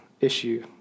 issue